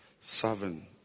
seven